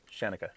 Shanika